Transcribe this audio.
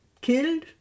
killed